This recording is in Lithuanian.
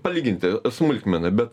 palyginti smulkmena bet